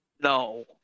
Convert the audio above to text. No